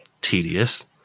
tedious